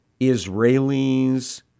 Israelis